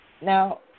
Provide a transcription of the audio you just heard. now